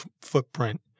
footprint